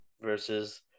versus